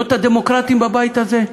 לא את הדמוקרטים בבית הזה,